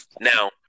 now